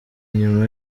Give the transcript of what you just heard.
nyuma